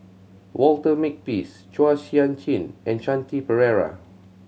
Walter Makepeace Chua Sian Chin and Shanti Pereira